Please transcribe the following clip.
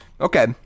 okay